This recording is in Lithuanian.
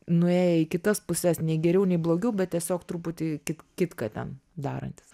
nuėję į kitas puses nei geriau nei blogiau bet tiesiog truputį kit kitką ten darantys